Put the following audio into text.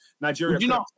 Nigeria